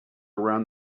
around